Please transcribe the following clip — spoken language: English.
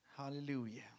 Hallelujah